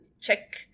check